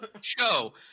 show